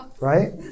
right